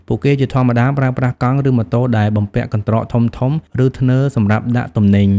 ពួកគេជាធម្មតាប្រើប្រាស់កង់ ឬម៉ូតូដែលបំពាក់កន្ត្រកធំៗ ឬធ្នើរសម្រាប់ដាក់ទំនិញ។